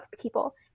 people